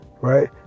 right